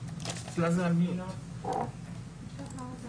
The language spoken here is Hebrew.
מלאת כבוד והערכה